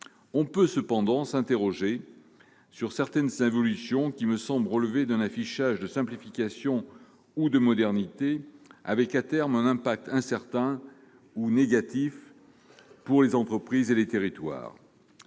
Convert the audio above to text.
On peut cependant s'interroger sur certaines évolutions qui me semblent relever d'un affichage de simplification ou de modernité, dont l'impact à terme pourrait être incertain, voire négatif, pour les entreprises comme pour les territoires.